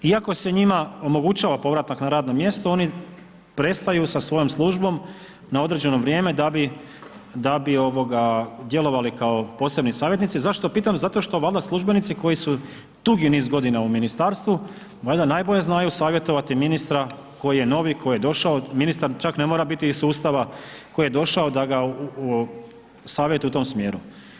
Iako se njima omogućava povratak na radno mjesto oni prestaju sa svojom službom na određeno vrijeme da bi, da bi ovoga djelovali kao posebni savjetnici, zašto pitam, zato što valjda službenici koji su dugi niz godina u ministarstvu valjda najbolje znaju savjetovati ministra koji je novi, koji je došao, ministar čak ne mora biti iz sustava koji je došao da ga savjetuje u tom smjeru.